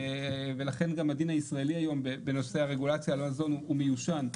ולכן גם הדין הישראלי היום בנושא הרגולציה הוא מיושן.